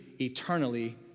eternally